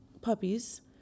puppies